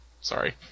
Sorry